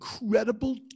incredible